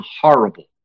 horrible